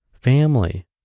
family